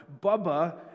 Bubba